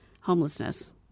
homelessness